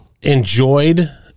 Enjoyed